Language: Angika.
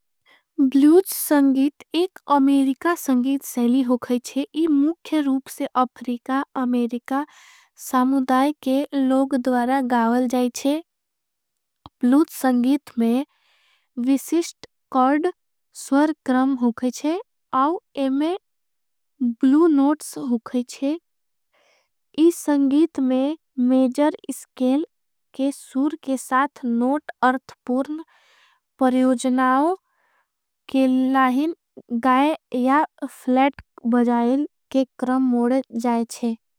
ब्लूज संगीत एक अमेरिका संगीत सेली होगईच्छे। इन मुख्यरूप से अफरिका अमेरिका सामुधाई। के लोग द्वारा गावल जाईच्छे ब्लूज संगीत में। विशिष्ट कॉर्ड स्वर्क्रम होगईच्छे आव एमे ब्लू। नोट्स होगईच्छे इस संगीत में मेझर स्केल के। सूर के साथ नोट अर्थपूर्ण परियोजनाओं के लाहिन। गाए या फ्लेट बजायेल के करम मोड़े जाएच्छे।